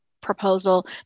proposal